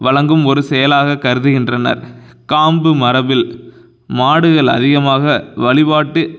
வழங்கும் ஒரு செயலாகக் கருதுகின்றனர் காம்பு மரபில் மாடுகள் அதிகமாக வழிபாட்டு